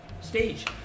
stage